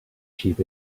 sheep